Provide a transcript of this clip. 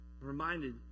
Reminded